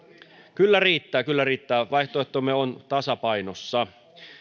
kyllä riittää kyllä riittää vaihtoehtomme on tasapainossa